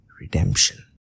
redemption